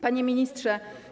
Panie Ministrze!